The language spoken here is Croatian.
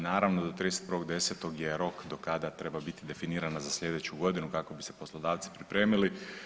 Naravno do 31.10. je rok do kada treba biti definirana za slijedeću godinu kako bi se poslodavci pripremili.